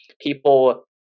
people